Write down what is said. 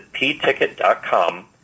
pticket.com